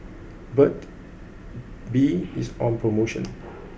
Burt's Bee is on promotion